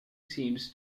seems